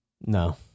No